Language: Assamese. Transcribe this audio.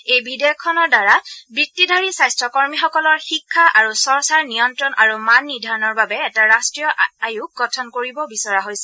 এই বিধেয়কখনৰ দ্বাৰা বৃত্তিধাৰী স্বাস্থ্য কৰ্মীসকলৰ শিক্ষা আৰু চৰ্চাৰ নিয়ন্ত্ৰণ আৰু মান নিৰ্ধাৰণৰ বাবে এটা ৰাষ্ট্ৰীয় আয়োগ গঠন কৰিব বিচৰা হৈছে